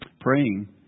praying